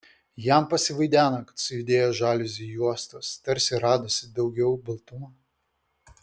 jam pasivaideno kad sujudėjo žaliuzių juostos tarsi radosi daugiau baltumo